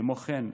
כמו כן,